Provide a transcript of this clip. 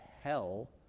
hell